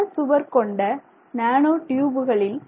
பல சுவர் கொண்ட நானோ டியூபுகளில்